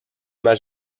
m’as